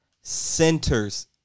centers